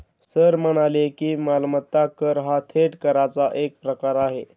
sir म्हणाले की, मालमत्ता कर हा थेट कराचा एक प्रकार आहे